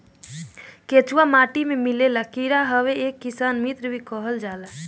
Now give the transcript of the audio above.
केचुआ माटी में मिलेवाला कीड़ा हवे एके किसान मित्र भी कहल जाला